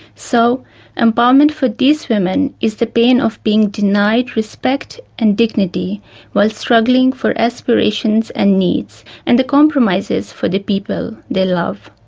so empowerment for these women is the pain of being denied respect and dignity while struggling for aspirations and needs and the compromises for the people they love.